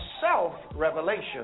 self-revelation